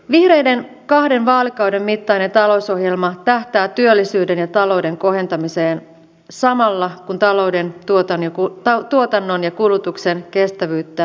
vihreiden kahden vaalikauden mittainen talousohjelma tähtää työllisyyden ja talouden kohentamiseen samalla kun talouden tuotannon ja kulutuksen kestävyyttä lisätään